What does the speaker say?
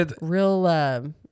real